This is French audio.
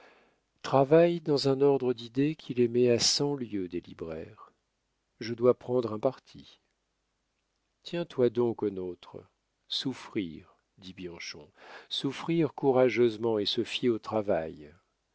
travaillent dans un ordre d'idées qui les met à cent lieues des libraires je dois prendre un parti tiens-toi donc au nôtre souffrir dit bianchon souffrir courageusement et se fier au travail